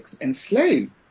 enslaved